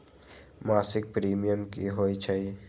मासिक प्रीमियम की होई छई?